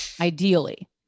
ideally